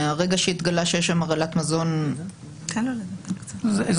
מהרגע שהתגלה שיש שם הרעלת מזון רחבה מאוד.